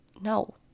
No